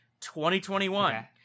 2021